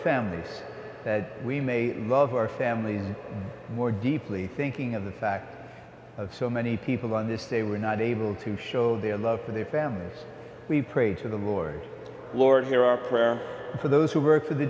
families we may love our families more deeply thinking of the fact of so many people on this day were not able to show their love for their families as we prayed to the lord lord hear our prayer for those who work for the